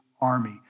army